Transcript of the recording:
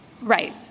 Right